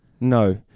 No